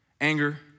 anger